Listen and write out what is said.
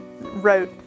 wrote